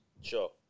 Sure